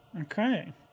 Okay